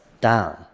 down